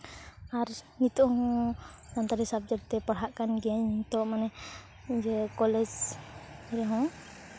ᱟᱨ ᱱᱤᱛᱚᱜ ᱦᱚᱸ ᱥᱟᱱᱛᱟᱞᱤ ᱥᱟᱵᱡᱮᱠᱴ ᱛᱮ ᱯᱟᱲᱦᱟᱜ ᱠᱟᱱ ᱜᱤᱭᱟᱹᱧ ᱢᱟᱱᱮ ᱠᱚᱞᱮᱡᱽ ᱨᱮᱦᱚᱸ